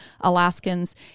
Alaskans